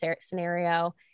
scenario